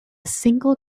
single